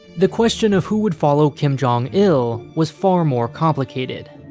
the question of who would follow kim jong-il was far more complicated.